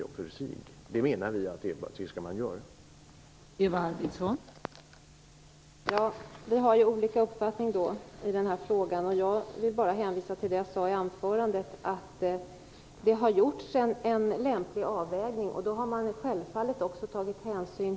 Vi menar att man skall göra det.